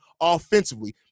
offensively